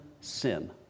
sin